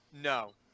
No